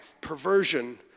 perversion